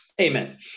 Amen